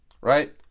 Right